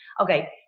okay